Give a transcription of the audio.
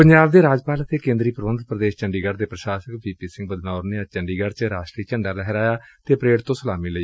ਪੰਜਾਬ ਦੇ ਰਾਜਪਾਲ ਅਤੇ ਕੇਂਦਰੀ ਪ੍ਰਬੰਧਤ ਪ੍ਰਦੇਸ਼ ਚੰਡੀਗੜ੍ ਦਾ ਪ੍ਰਸ਼ਾਸਕ ਵੀ ਪੀ ਸਿੰਘ ਬਦਨੌਰ ਨੇ ਅੱਜ ਚੰਡੀਗੜ ਚ ਰਾਸ਼ਟਰੀ ਝੰਡਾ ਲਹਿਰਾਇਆ ਅਤੇ ਪਰੇਡ ਤੋ ਸਲਾਮੀ ਲਈ